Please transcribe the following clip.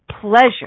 pleasure